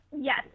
Yes